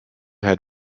had